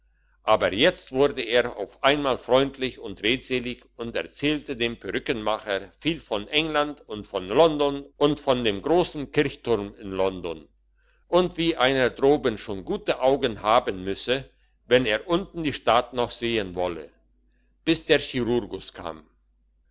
aber jetzt wurde er auf einmal freundlich und redselig und erzählte dem perückenmacher viel von england und von london und von dem grossen kirchturm in london und wie einer droben schon gute augen haben müsse wenn er unten die stadt noch sehen wolle bis der chirurgus kam